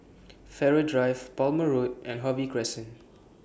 Farrer Drive Palmer Road and Harvey Crescent